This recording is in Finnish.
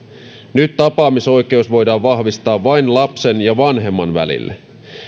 nyt tapaamisoikeus voidaan vahvistaa vain lapsen ja vanhemman välille